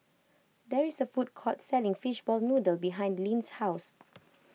there is a food court selling Fishball Noodle behind Linn's house